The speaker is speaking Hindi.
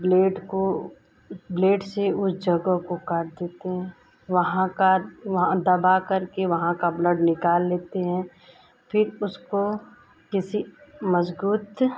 ब्लेड को ब्लेड से उस जगह को काट देते हैं वहाँ का वहाँ दबा कर के वहाँ का ब्लड निकाल लेते हैं फिर उसको किसी मजबूत